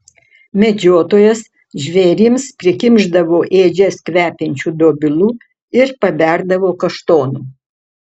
medžiotojas žvėrims prikimšdavo ėdžias kvepiančių dobilų ir paberdavo kaštonų